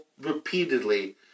repeatedly